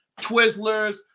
Twizzlers